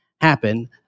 happen